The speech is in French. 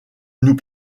nous